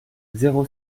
zéro